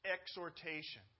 exhortation